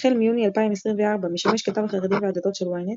החל מיוני 2024 משמש כתב החרדים והדתות של ynet.